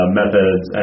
methods